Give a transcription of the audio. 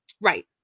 Right